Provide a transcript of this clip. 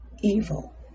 evil